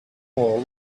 wall